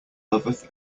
loveth